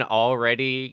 already